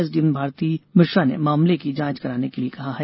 SDM Bharti Mishra ने मामले की जांच कराने के लिए कहा है